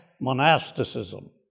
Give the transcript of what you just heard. monasticism